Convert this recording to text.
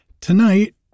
Tonight